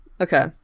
Okay